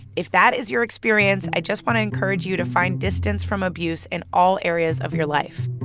if that is your experience, i just want to encourage you to find distance from abuse in all areas of your life